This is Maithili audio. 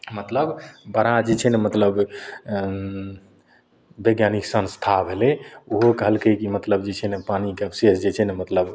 मतलब बड़ा जे छै ने मतलब वैज्ञानिक संस्था भेलय उ कहलकय कि मतलब जे छै ने पानिके अवशेष छै ने मतलब